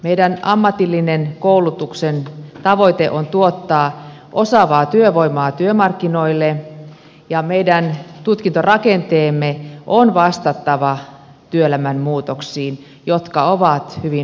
meidän ammatillisen koulutuksen tavoite on tuottaa osaavaa työvoimaa työmarkkinoille ja meidän tutkintorakenteemme on vastattava työelämän muutoksiin jotka ovat hyvin nopeita